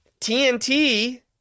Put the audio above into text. TNT